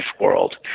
world